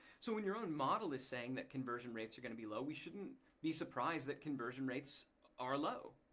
so when your own model is saying that conversion rates are going to be low, we shouldn't be surprised that conversion rates are low,